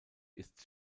ist